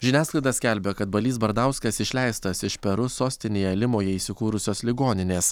žiniasklaida skelbia kad balys bardauskas išleistas iš peru sostinėje limoje įsikūrusios ligoninės